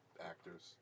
actors